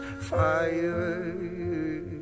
fire